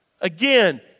again